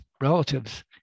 relatives